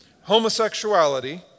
Homosexuality